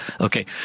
Okay